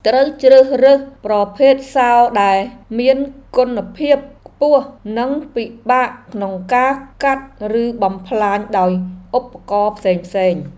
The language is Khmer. ត្រូវជ្រើសរើសប្រភេទសោរដែលមានគុណភាពខ្ពស់និងពិបាកក្នុងការកាត់ឬបំផ្លាញដោយឧបករណ៍ផ្សេងៗ។